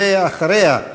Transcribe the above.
ואחריה,